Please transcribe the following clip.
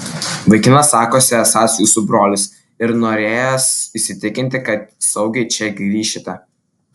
vaikinas sakosi esąs jūsų brolis ir norėjęs įsitikinti kad saugiai čia grįšite